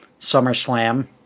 SummerSlam